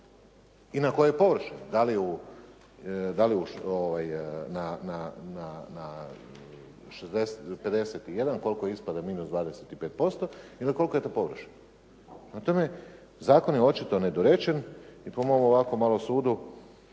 i na koje površine. Dali na 60, 51 koliko ispada minus 25% kolika je to površina? Prema tome, zakon je očito nedorečen i pomalo ovako po mom sudu